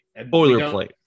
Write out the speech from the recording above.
Boilerplate